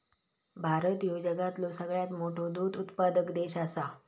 भारत ह्यो जगातलो सगळ्यात मोठो दूध उत्पादक देश आसा